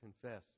confess